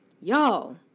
Y'all